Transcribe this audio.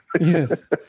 Yes